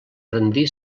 rendir